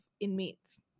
inmates